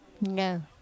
No